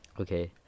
Okay